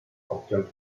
obciąć